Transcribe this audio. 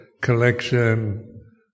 collection